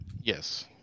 Yes